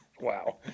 Wow